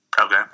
Okay